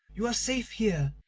you are safe here.